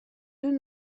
deux